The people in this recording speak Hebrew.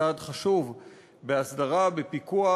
צעד חשוב בהסדרה ובפיקוח,